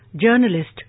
journalist